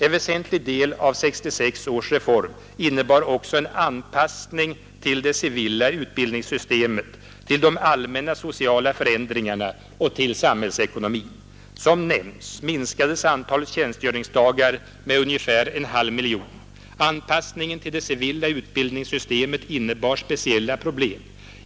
En väsentlig del av 1966 års reform innebar också en anpassning till det civila utbildningssystemet, till de allmänna sociala förändringarna och till samhällsekonomin. Som nämnts minskades antalet tjänstgöringsdagar med ungefär en halv miljon. Anpassningen till det civila utbildningssystemet innebar speciella problem.